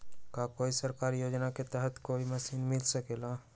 का कोई सरकारी योजना के तहत कोई मशीन मिल सकेला?